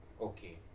Okay